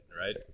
right